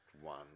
one